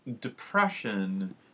depression